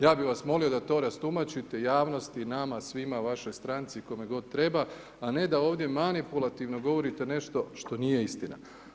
Ja bih vas molimo da to rastumačite javnosti, nama svima, vašoj stranci kome god treba, a ne da ovdje manipulativno govorite nešto što nije istina.